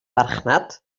farchnad